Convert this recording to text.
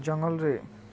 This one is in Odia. ଜଙ୍ଗଲରେ